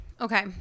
Okay